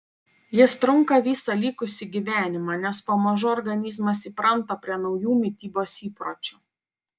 jis trunka visą likusį gyvenimą nes pamažu organizmas įpranta prie naujų mitybos įpročių